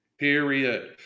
Period